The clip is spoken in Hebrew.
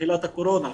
בתחילת הקורונה,